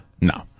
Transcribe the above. No